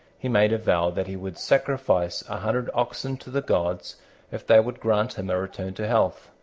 he made a vow that he would sacrifice a hundred oxen to the gods if they would grant him a return to health.